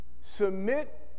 Submit